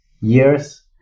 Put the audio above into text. years